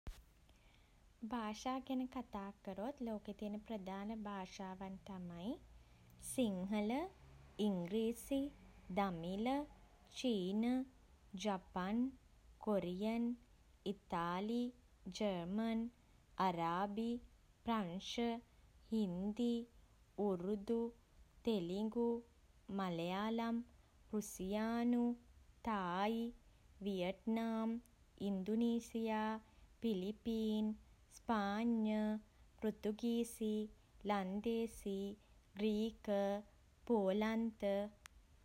භාෂා ගැන කතා කරොත් ලෝකේ තියෙන ප්‍රධාන භාෂාවන් තමයි සිංහල ඉංග්‍රීසි දමිළ චීන ජපන් කොරියන් ඉතාලි ජර්මන් අරාබි ප්‍රංශ හින්දි උර්දු තෙලිඟු මලයාලම් රුසියානු තායි වියට්නාම් ඉන්දුනීසියා පිලිපීන් ස්පාඤ්ඤ පෘතුගීසි ලන්දේසී ග්‍රීක පෝලන්ත